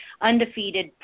Undefeated